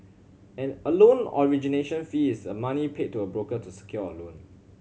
an a loan origination fee is a money paid to a broker to secure a loan